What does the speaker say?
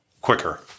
quicker